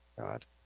god